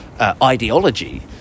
ideology